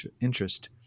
interest